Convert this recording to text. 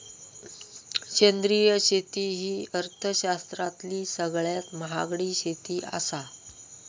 सेंद्रिय शेती ही अर्थशास्त्रातली सगळ्यात महागडी शेती आसा